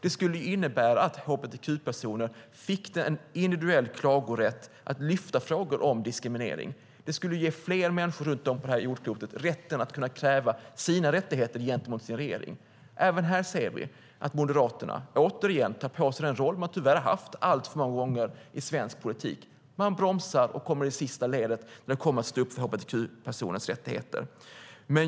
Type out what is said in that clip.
Det skulle innebära att hbtq-personer fick en individuell klagorätt att lyfta frågor om diskriminering. Det skulle ge fler människor runt om på jordklotet rätten att kräva sina rättigheter gentemot sin regering. Även här ser vi att Moderaterna återigen tar på sig den roll de tyvärr haft alltför många gånger i svensk politik, att man bromsar och kommer i sista ledet när det gäller hbtq-personers rättigheter.